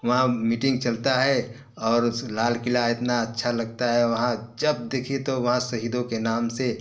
वहाँ मीटिंग चलती है और उस लाल क़िला इतना अच्छा लगता है वहाँ जब देखिए तो वहाँ शहीदों के नाम से